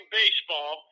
baseball